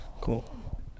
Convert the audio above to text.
Cool